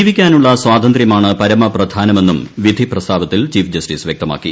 ജീവിക്കാനുള്ള സ്വാതന്ത്ര്യമാണ് പരമപ്രധാനമെന്നും വിധി പ്രസ്താവത്തിൽ ചീഫ് ജസ്റ്റീസ് വ്യക്തമാക്കി